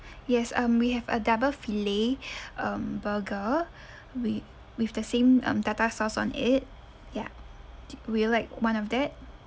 yes um we have a double fillet um burger with with the same um tartar sauce on it ya would you like one of that